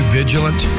vigilant